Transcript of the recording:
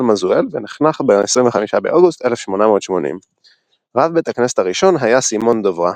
מזואל ונחנך ב-25 באוגוסט 1880. רב בית הכנסת הראשון היה סימון דברה.